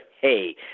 hey